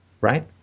Right